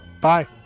Bye